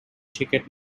ticket